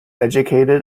educated